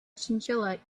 chinchilla